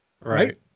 Right